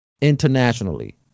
internationally